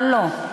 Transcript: אבל לא,